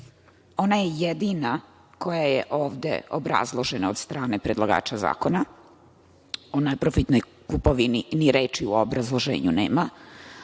ona je jedina koja je ovde obrazložena od strane predlagača zakona. O neprofitnoj kupovini ni reči u obrazloženju nema.